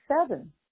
seven